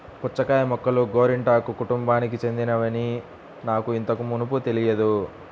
పుచ్చకాయ మొక్కలు గోరింటాకు కుటుంబానికి చెందినవని నాకు ఇంతకు మునుపు తెలియదు